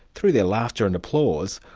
through their laughter and applause,